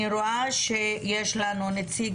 אני רואה שיש לנו נציג